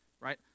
right